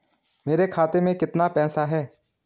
मेरे खाते में कितना पैसा है?